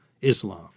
Islam